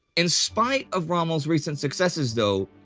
in spite of rommel's recent successes, though,